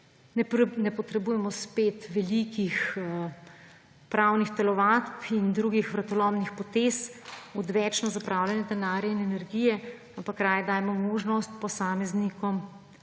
Ne potrebujemo spet velikih pravnih telovadb in drugih vratolomnih potez, odvečno zapravljanje denarja in energije, ampak raje dajmo možnost posameznikom,